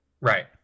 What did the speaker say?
Right